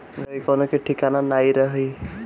घर, गाड़ी कवनो कअ ठिकान नाइ रही